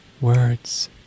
words